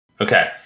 Okay